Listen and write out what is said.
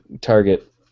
target